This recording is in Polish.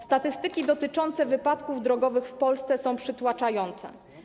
Statystyki dotyczące wypadków drogowych w Polsce są przytłaczające.